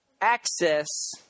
access